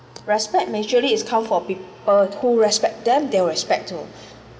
respect naturally is come from people who respect them they respect the